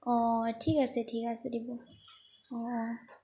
অঁ ঠিক আছে ঠিক আছে দিব অঁ অঁ